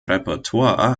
repertoire